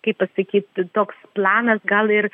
kaip pasakyt toks planas gal ir